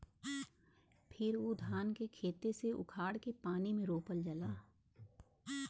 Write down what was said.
फिर उ धान के खेते से उखाड़ के पानी में रोपल जाला